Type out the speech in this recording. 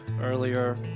earlier